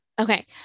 Okay